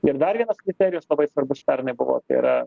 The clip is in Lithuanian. ir dar vienas kriterijus labai svarbus pernai buvo tai yra